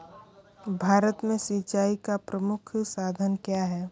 भारत में सिंचाई का प्रमुख साधन क्या है?